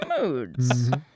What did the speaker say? moods